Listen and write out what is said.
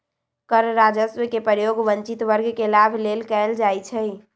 कर राजस्व के प्रयोग वंचित वर्ग के लाभ लेल कएल जाइ छइ